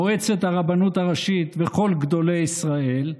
מועצת הרבנות הראשית וכל גדולי ישראל,